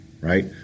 right